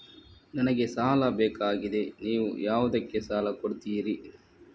ನನಗೆ ಸಾಲ ಬೇಕಾಗಿದೆ, ನೀವು ಯಾವುದಕ್ಕೆ ಸಾಲ ಕೊಡ್ತೀರಿ?